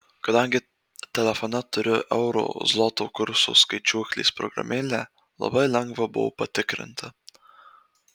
kadangi telefone turiu euro zloto kurso skaičiuoklės programėlę labai lengva buvo patikrinti